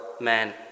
man